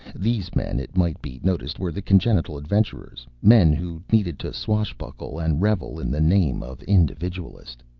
these men, it might be noticed, were the congenital adventurers, men who needed to swashbuckle and revel in the name of individualist.